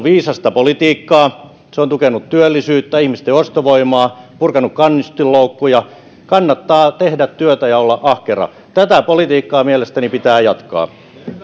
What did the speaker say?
viisasta politiikkaa se on tukenut työllisyyttä ihmisten ostovoimaa purkanut kannustinloukkuja kannattaa tehdä työtä ja olla ahkera tätä politiikkaa mielestäni pitää jatkaa